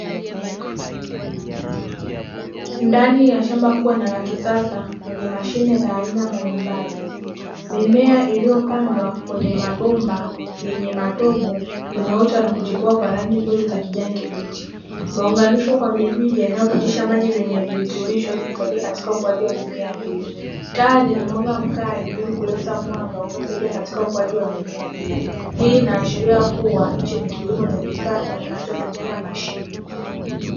Ndani ya shamba kubwa na la kisasa lenye mashine za aina mbalimbali, mimea iliyopandwa kwenye mabomba yenye matobo, imeota na kuchepua kwa rangi nzuri za kijani kibichi, imeunganishwa na mirija inayopitisha maji yenye virutubisho vikisaidia katika ukuaji wa mimea hiyo. Taa zenye mwanga mkali ili kuleta mwanga unaosaidia kwenye ukuaji wa mimea hiyo. Hii inaashiria kuwa hiki ni kilimo cha kisasa kinachotumia mashine.